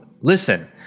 listen